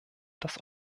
das